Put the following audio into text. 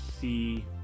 see